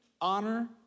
honor